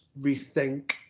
rethink